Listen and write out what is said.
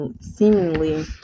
seemingly